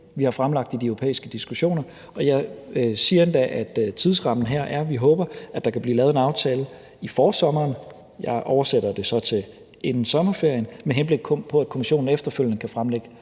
vi har fremlagt i de europæiske diskussioner, og jeg siger endda, at tidsrammen her er, at vi håber, at der kan blive lavet en aftale i forsommeren – jeg oversætter det så til »inden sommerferien« – med henblik på at Kommissionen efterfølgende kan fremlægge